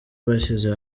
bashyize